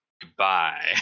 Goodbye